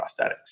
prosthetics